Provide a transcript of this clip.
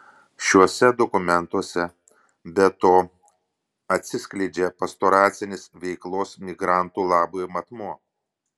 šiuose dokumentuose be to atsiskleidžia pastoracinis veiklos migrantų labui matmuo